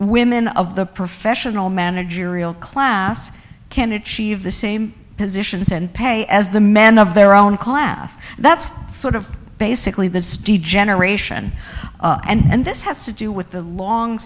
women of the professional managerial class can achieve the same positions and pay as the men of their own class that's sort of basically this degeneration and this has to do with the long